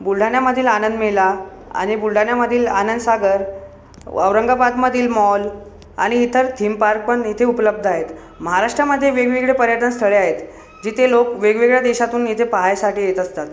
बुलढाण्यामधील आनंदमेला आणि बुलढाण्यामधील आनंद सागर औरंगाबादमधील मॉल आणि इतर थीमपार्क पण इथे उपलब्ध आहेत महाराष्ट्रामध्ये वेगवेगळे पर्यटनस्थळे आहेत जिथे लोक वेगवेगळ्या देशातून इथे पहायसाठी येत असतात